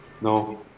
No